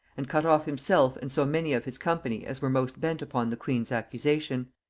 and cut off himself and so many of his company as were most bent upon the queen's accusation.